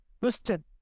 listen